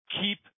keep